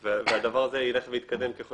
והדבר הזה ילך ויתקדם ככל